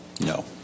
No